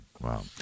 Wow